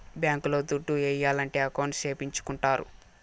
bank లో దుడ్లు ఏయాలంటే అకౌంట్ సేపిచ్చుకుంటారు